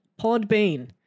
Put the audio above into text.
Podbean